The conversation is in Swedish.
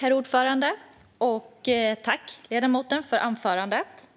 Herr talman! Jag tackar ledamoten för anförandet.